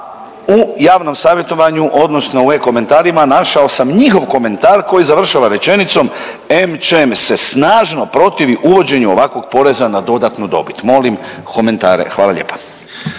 u javnom savjetovanju odnosno u e-Komentarima našao sam njihov komentar koji završava rečenicom AmCham se snažno protivi uvođenju ovakvog poreza na dodatnu dobit. Molim komentare. Hvala lijepa.